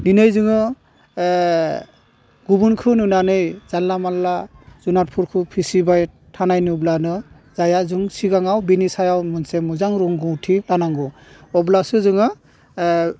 दिनै जोङो गुबुनखौ नुनानै जानला मोनला जुनादफोरखौ फिसिबाय थानाय नुब्लानो जाया जों सिगाङाव बिनि सायाव मोनसे मोजां रोंगौथि लानांगौ अब्लासो जोङो